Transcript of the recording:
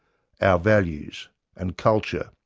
our values and culture,